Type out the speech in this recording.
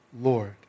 Lord